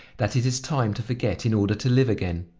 that it is time to forget in order to live again.